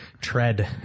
tread